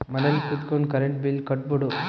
ಮನೆಲ್ ಕುತ್ಕೊಂಡ್ current bill ಕಟ್ಬೊಡು